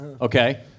Okay